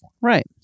Right